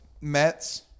Mets